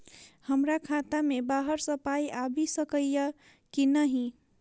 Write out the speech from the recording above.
हमरा खाता मे बाहर सऽ पाई आबि सकइय की नहि?